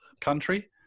country